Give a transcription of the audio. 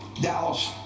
Dallas